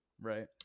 right